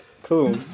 Cool